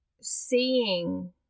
seeing